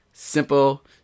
Simple